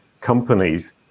companies